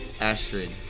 Astrid